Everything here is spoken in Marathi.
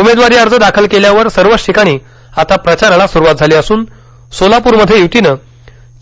उमेदवारी अर्ज दाखल केल्यावर सर्वच ठिकाणी आता प्रचाराला स्रुवात झाली असून सोलापूरमध्ये य्तीनं